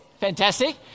Fantastic